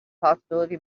possibility